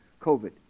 COVID